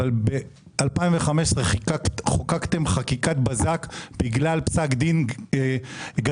אבל ב-2015 חוקקתם חקיקת בזק בגלל פסק דין גדבאן.